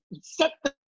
set